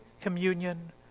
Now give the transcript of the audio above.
communion